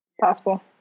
possible